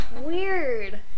Weird